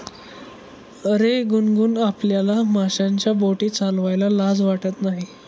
अरे गुनगुन, आपल्याला माशांच्या बोटी चालवायला लाज वाटत नाही